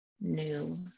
new